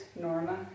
Norma